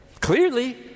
Clearly